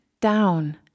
down